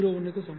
01 க்கு சமம்